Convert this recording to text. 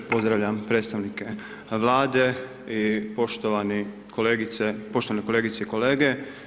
Pozdravljam predstavnike Vlade i poštovane kolegice i kolege.